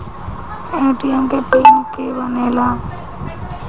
ATM के pin के के बनेला?